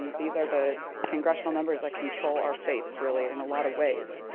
these are the congressional members that control our fates, really, in a lot of ways.